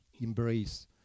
embrace